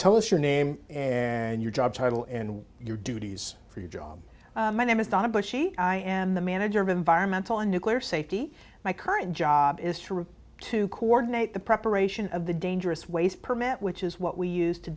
us your name and your job title and your duties for your job my name is donna bushy i am the manager of environmental and nuclear safety my current job is through to coordinate the preparation of the dangerous waste permit which is what we use to